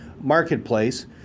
marketplace